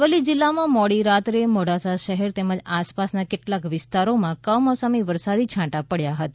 અરવલ્લી જિલ્લામાં મોડી રાત્રે મોડાસા શહેર તેમજ આસપાસના કેટલાક વિસ્તારમાં કમોસમી વરસાદી છાંટા પડ્યા હતા